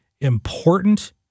important